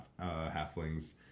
halflings